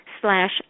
slash